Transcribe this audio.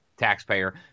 taxpayer